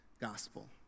gospel